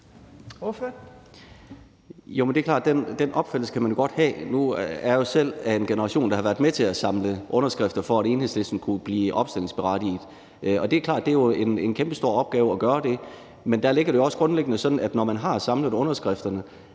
den opfattelse kan man jo godt have. Nu er jeg jo selv af en generation, der har været med til at samle underskrifter, for at Enhedslisten kunne blive opstillingsberettiget, og det er klart, at det er en kæmpestor opgave at gøre det. Men der er det jo også grundlæggende sådan, at når man har samlet underskrifterne,